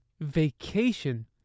Vacation